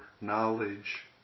knowledge